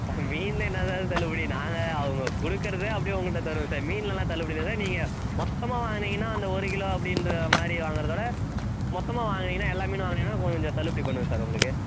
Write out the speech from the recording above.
மீனில் என்ன சார் தள்ளுபடி நாங்கள் அவங்க கொடுக்கறத அப்படியே உங்கிட்ட தருவேன் சார் மீன்லலாம் தள்ளுபடி இல்லை சார் நீங்கள் மொத்தமாக வாங்கனீங்கன்னா அந்த ஒரு கிலோ அப்படின்ற மாதிரி வாங்கிறதால மொத்தமாக வாங்கனீங்கன்னா எல்லா மீனும் வாங்கனீங்கன்னா கொஞ்சம் தள்ளுபடி பண்ணுவேன் சார் உங்களுக்கு